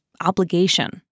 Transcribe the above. obligation